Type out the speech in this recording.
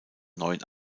neuen